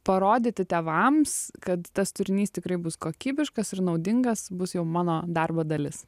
parodyti tėvams kad tas turinys tikrai bus kokybiškas ir naudingas bus jau mano darbo dalis